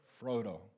Frodo